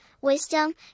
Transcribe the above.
wisdom